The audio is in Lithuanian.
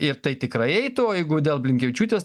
ir tai tikrai eitų o jeigu dėl blinkevičiūtės